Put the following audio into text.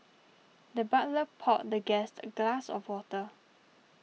the butler poured the guest a glass of water